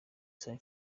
san